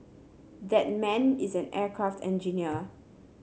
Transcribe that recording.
that man is an aircraft engineer